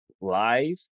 live